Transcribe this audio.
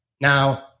Now